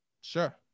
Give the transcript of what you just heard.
Sure